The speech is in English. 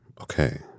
Okay